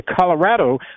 Colorado